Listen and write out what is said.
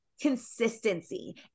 consistency